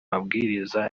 mabwiriza